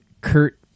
Kurt